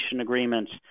agreements